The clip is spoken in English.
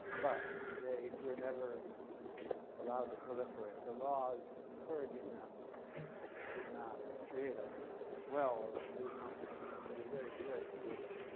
but they were never allowed to proliferate. the laws encouraging them did not create a swell of new companies. they were very very few of them.